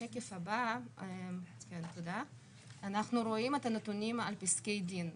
בשקף הבא אנחנו רואים את הנתונים על פסקי דין.